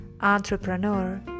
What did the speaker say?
entrepreneur